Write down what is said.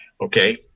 Okay